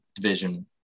division